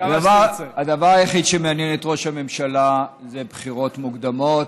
הדבר היחיד שמעניין את ראש הממשלה זה בחירות מוקדמות,